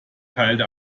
teilte